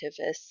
activists